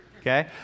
okay